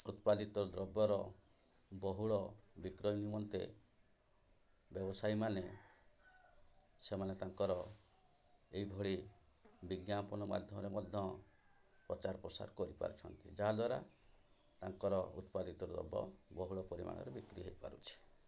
ଉତ୍ପାଦିତ ଦ୍ରବ୍ୟର ବହୁଳ ବିକ୍ରୟ ନିମନ୍ତେ ବ୍ୟବସାୟୀମାନେ ସେମାନେ ତାଙ୍କର ଏଇଭଳି ବିଜ୍ଞାପନ ମାଧ୍ୟମରେ ମଧ୍ୟ ପ୍ରଚାର ପ୍ରସାର କରିପାରୁଛନ୍ତି ଯାହାଦ୍ୱାରା ତାଙ୍କର ଉତ୍ପାଦିତ ଦ୍ରବ୍ୟ ବହୁଳ ପରିମାଣରେ ବିକ୍ରି ହେଇପାରୁଛି